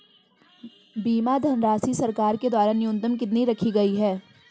बीमा धनराशि सरकार के द्वारा न्यूनतम कितनी रखी गई है?